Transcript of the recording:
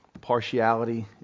partiality